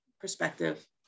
perspective